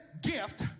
gift